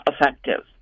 effective